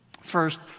First